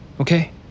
okay